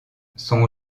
son